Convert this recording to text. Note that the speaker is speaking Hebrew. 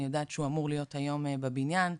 אני יודעת שהוא אמור להיות היום בבניין לדיון,